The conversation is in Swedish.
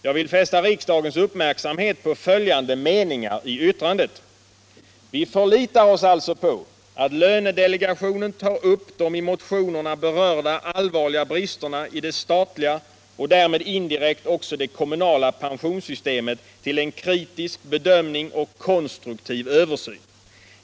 Jag vill fästa riksdagens uppmärksamhet på följande meningar i yttrandet: ”Vi förlitar oss således på att lönedelegationen tar upp de i motionerna berörda allvarliga bristerna i det statliga pensionssystemet till en kritisk bedömning och konstruktiv översyn.